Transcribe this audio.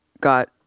got